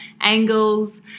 angles